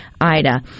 Ida